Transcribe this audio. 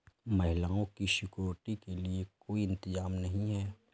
महिलाओं की सिक्योरिटी के लिए कोई इंतजाम नहीं है